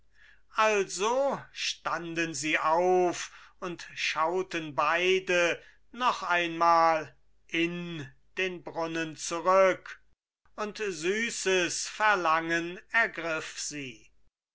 also standen sie auf und schauten beide noch einmal in den brunnen zurück und süßes verlangen ergriff sie